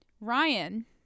Ryan